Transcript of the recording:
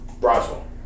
Roswell